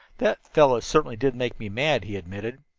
that fellow certainly did make me mad, he admitted.